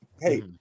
hey